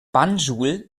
banjul